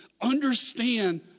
Understand